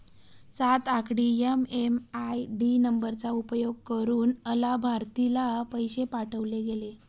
सात आकडी एम.एम.आय.डी नंबरचा उपयोग करुन अलाभार्थीला पैसे पाठवले गेले